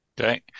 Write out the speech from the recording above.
Okay